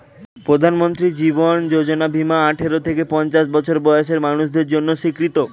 প্রধানমন্ত্রী জীবন যোজনা বীমা আঠারো থেকে পঞ্চাশ বছর বয়সের মানুষদের জন্য স্বীকৃত